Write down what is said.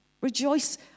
Rejoice